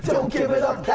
don't giva-give it up.